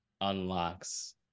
unlocks